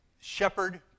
shepherd